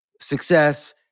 success